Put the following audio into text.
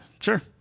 Sure